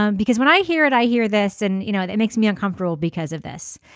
um because when i hear it i hear this and you know it makes me uncomfortable because of this.